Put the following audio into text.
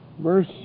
Verse